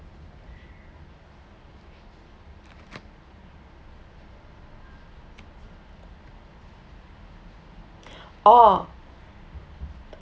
orh